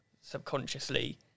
subconsciously